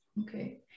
Okay